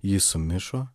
ji sumišo